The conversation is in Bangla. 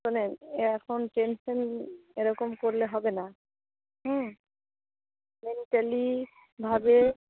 শুনুন এখন টেনশন এরকম করলে হবে না হুম মেন্টালিভাবে